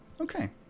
okay